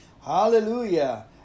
hallelujah